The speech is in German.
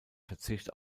verzicht